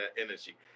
energy